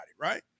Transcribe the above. right